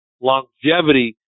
longevity